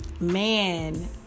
Man